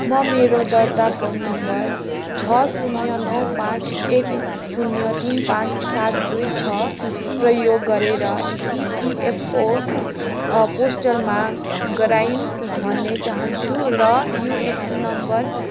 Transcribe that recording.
म मेरो दर्ता फोन नम्बर छ शून्य नौ पाँच एक शून्य तिन पाँच सात दुई छ प्रयोग गरेर इपिएफओ पोर्टलमा लगइन गर्न चाहन्छु र युएएन नम्बर